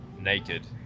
naked